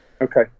Okay